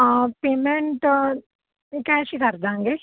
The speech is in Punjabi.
ਪੇਮੈਂਟ ਕੈਸ਼ ਹੀ ਕਰ ਦਾਂਗੇ